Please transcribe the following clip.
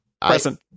Present